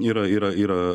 yra yra yra